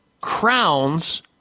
crowns